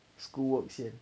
schoolwork 先